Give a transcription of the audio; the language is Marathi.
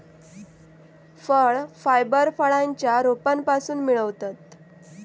फळ फायबर फळांच्या रोपांपासून मिळवतत